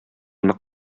нык